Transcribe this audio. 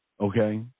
okay